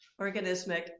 Organismic